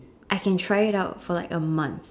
I can try it out for like a month